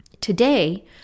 Today